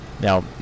Now